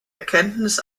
erkenntnis